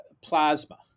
plasma